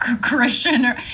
Christian